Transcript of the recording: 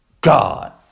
God